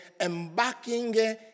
embarking